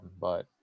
but-